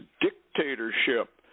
dictatorship